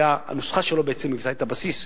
שהנוסחה שלו בעצם היתה הבסיס,